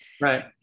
Right